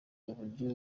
uburyo